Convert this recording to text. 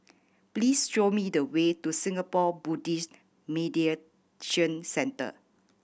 please show me the way to Singapore Buddhist Meditation Centre